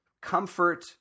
comfort